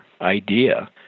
idea